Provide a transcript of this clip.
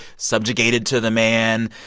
subjugated to the man.